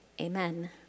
amen